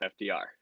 FDR